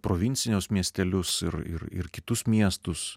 provincinius miestelius ir ir ir kitus miestus